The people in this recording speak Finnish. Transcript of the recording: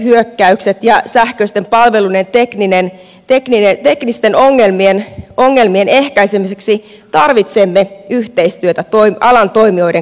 kyberhyökkäysten ja sähköisten palveluiden teknisten ongelmien ehkäisemiseksi tarvitsemme yhteistyötä alan toimijoiden kanssa